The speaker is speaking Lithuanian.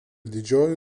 didžioji